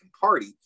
Party